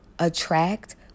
attract